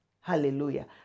Hallelujah